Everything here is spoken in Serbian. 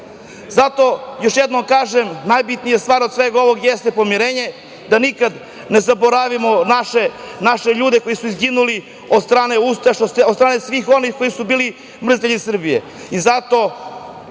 još jednom kažem, najbitnija stvar jeste pomirenje, da nikad ne zaboravimo naše ljude koji su izginuli od strane ustaša, od strane svih onih koji su bili mrzitelji Srbije